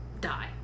die